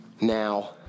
now